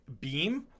beam